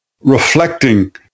reflecting